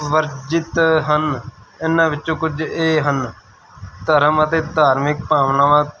ਵਰਜਿਤ ਹਨ ਇਹਨਾਂ ਵਿੱਚੋਂ ਕੁਝ ਇਹ ਹਨ ਧਰਮ ਅਤੇ ਧਾਰਮਿਕ ਭਾਵਨਾਵਾਂ